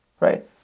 right